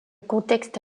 contexte